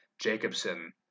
Jacobson